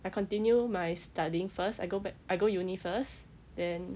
I continue my studying first I go back I go uni first then